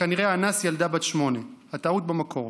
שכנראה אנס ילדה בת שמונה" הטעות במקור,